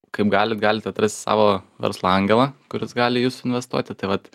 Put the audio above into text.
kaip galit galit atrasti savo verslo angelą kuris gali į jus investuoti tai vat